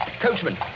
Coachman